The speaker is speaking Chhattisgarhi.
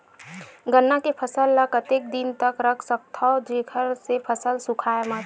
गन्ना के फसल ल कतेक दिन तक रख सकथव जेखर से फसल सूखाय मत?